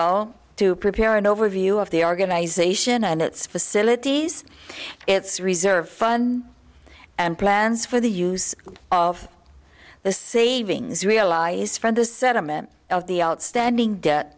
lowenthal to prepare an overview of the organization and its facilities its reserve fund and plans for the use of the savings realized from the settlement of the outstanding debt